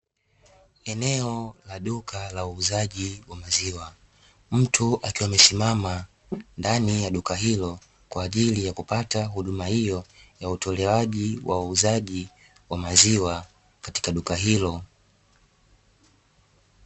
Eneo la duka la uuzaji wa maziwa, mtu akiwa amesimama ndani ya duka hilo kwa ajili ya kupata huduma hiyo ya utolewaji wa uuzaji wa maziwa katika duka hilo.